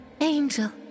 angel